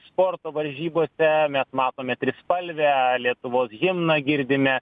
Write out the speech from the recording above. sporto varžybose mes matome trispalvę lietuvos himną girdime